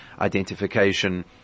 identification